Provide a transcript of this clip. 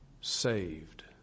saved